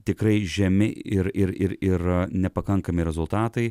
tikrai žemi ir ir ir ir nepakankami rezultatai